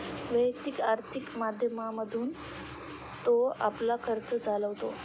वैयक्तिक आर्थिक माध्यमातून तो आपला खर्च चालवतो